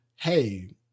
hey